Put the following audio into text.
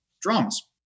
drums